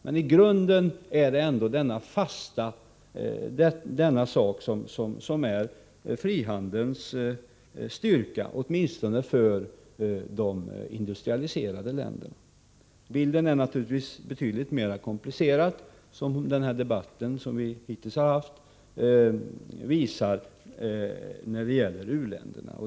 Men i grunden är ändå detta frihandelns styrka, åtminstone för de industrialiserade länderna. Bilden är naturligtvis betydligt mera komplicerad när det gäller uländerna, vilket den hittills förda debatten visar.